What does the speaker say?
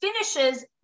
finishes